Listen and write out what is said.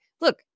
look